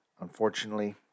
unfortunately